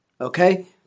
Okay